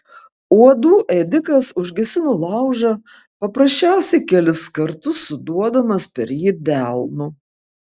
uolų ėdikas užgesino laužą paprasčiausiai kelis kartus suduodamas per jį delnu